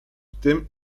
tym